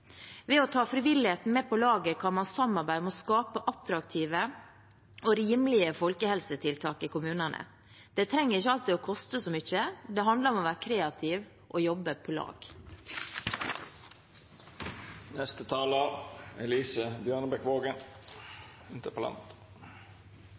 Ved å ta frivilligheten med på laget kan man samarbeide om å skape attraktive og rimelige folkehelsetiltak i kommunene. Det trenger ikke alltid å koste så mye, det handler om å være kreativ og jobbe på